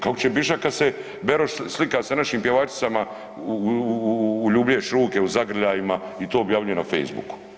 Kako će bižat kad se Beroš slika sa našim pjevačicama u ljubljenju šunke, u zagrljajima i to objavljuje na facebooku.